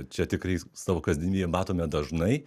čia tikrai savo kasdienybėje matome dažnai